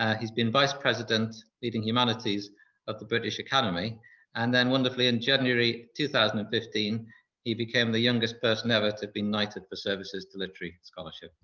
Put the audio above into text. ah he's been vice president leading humanities of the british academy and then wonderfully in january two thousand and fifteen he became the youngest person ever to be knighted for services to literary scholarship,